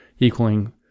equaling